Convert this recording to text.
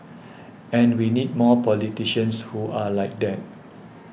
and we need more politicians who are like that